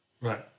Right